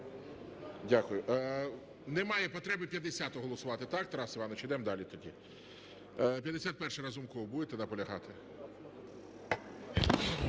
Дякую. Немає потреби 50-у голосувати, так, Тарас Іванович? Ідемо далі тоді. 51-а, Разумков. Будете наполягати?